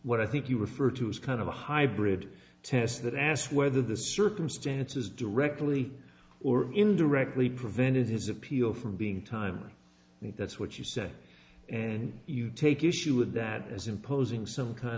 what i think you refer to as kind of a hybrid test that asked whether the circumstances directly or indirectly prevented his appeal from being time that's what you say and you take issue with that as imposing some kind